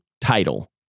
title